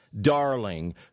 darling